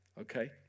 okay